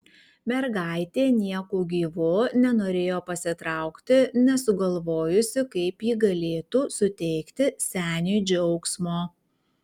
mergaitė nieku gyvu nenorėjo pasitraukti nesugalvojusi kaip ji galėtų suteikti seniui džiaugsmo